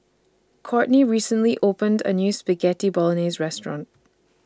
Courtney recently opened A New Spaghetti Bolognese Restaurant